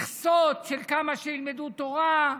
מכסות של כמה שילמדו תורה,